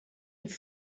and